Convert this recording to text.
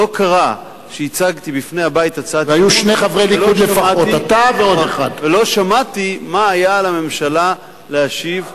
לא קרה שהצגתי בפני הבית הצעת אי-אמון ולא שמעתי מה היה לממשלה להשיב.